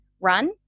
run